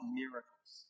miracles